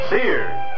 Sears